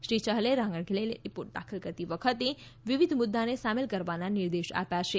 શ્રી યહેલે રહાગડેલેને રિપોર્ટ દાખલ કરતી વખતે વિવિધ મુદ્દાને સામેલ કરવાના નિર્દેશ આપ્યા છે